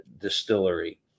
Distillery